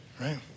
Right